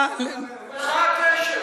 גם זה שקר.